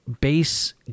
base